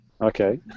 Okay